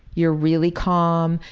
you're really calm,